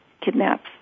kidnaps